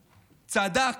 צדקנו,